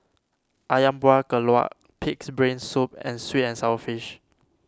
Ayam Buah Keluak Pig's Brain Soup and Sweet and Sour Fish